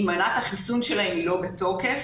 אם מנת החיסון שלהם היא לא בתוקף,